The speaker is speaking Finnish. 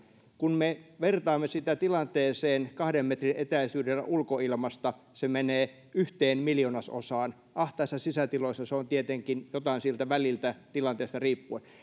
kun me vertaamme sitä tilanteeseen kahden metrin etäisyydellä ulkoilmassa se menee yhteen miljoonasosaan ahtaissa sisätiloissa se on tietenkin jotain siltä väliltä tilanteesta riippuen